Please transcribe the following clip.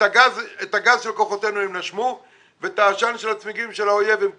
את הגז של כוחותינו הם נשמו ואת העשן של הצמיגים של האויב הם קיבלו.